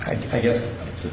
i guess it's